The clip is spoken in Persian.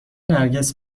نرگس